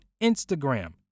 Instagram